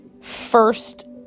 first